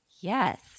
Yes